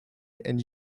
and